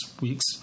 week's